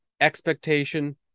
expectation